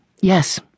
Yes